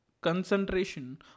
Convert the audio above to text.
concentration